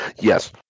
yes